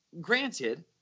granted